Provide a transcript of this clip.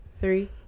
three